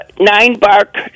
nine-bark